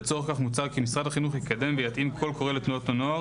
לצורך כך מוצע כי משרד החינוך יקדם ויתאים קול קורא לתנועות הנוער